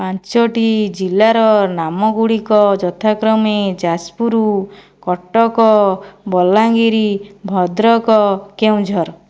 ପାଞ୍ଚଟି ଜିଲ୍ଲାର ନାମ ଗୁଡ଼ିକ ଯଥାକ୍ରମେ ଯାଜପୁର କଟକ ବଲାଙ୍ଗୀର ଭଦ୍ରକ କେନ୍ଦୁଝର